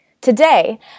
Today